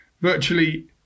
Virtually